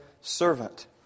servant